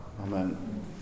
Amen